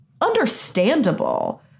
Understandable